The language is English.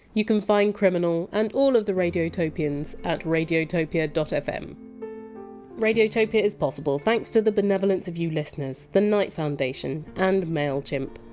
you can find criminal, and all of the radiotopians, at radiotopia but fm radiotopia is possible thanks to the benevolence of you listeners, the knight foundation, and mailchimp.